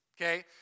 okay